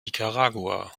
nicaragua